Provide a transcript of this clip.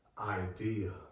idea